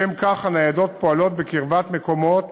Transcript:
לשם כך הניידות פועלות בקרבת מקומות